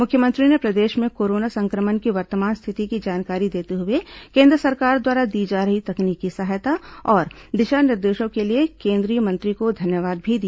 मुख्यमंत्री ने प्रदेश में कोरोना संक्रमण की वर्तमान स्थिति की जानकारी देते हुए केन्द्र सरकार द्वारा दी जा रही तकनीकी सहायता और दिशा निर्देशों के लिए केंद्रीय मंत्री को धन्यवाद भी दिया